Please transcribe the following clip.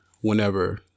whenever